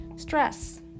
stress